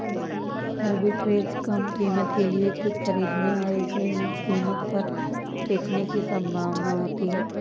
arbitrage कम कीमत के लिए कुछ खरीदने और इसे उच्च कीमत पर बेचने की संभावना होती है